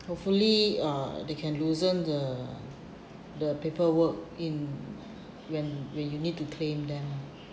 hopefully uh they can loosen the the paperwork in when when you need to claim them